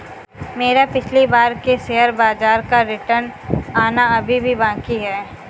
मेरा पिछली बार के शेयर बाजार का रिटर्न आना अभी भी बाकी है